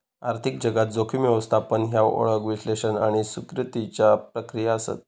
आर्थिक जगात, जोखीम व्यवस्थापन ह्या ओळख, विश्लेषण आणि स्वीकृतीच्या प्रक्रिया आसत